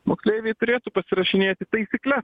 moksleiviai turėtų pasirašinėti taisykles